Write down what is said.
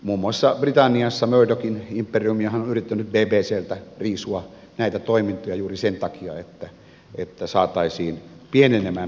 muun muassa britanniassa murdochin imperiumihan on yrittänyt bbcltä riisua näitä toimintoja juuri sen takia että bbcn toiminta saataisiin pienenemään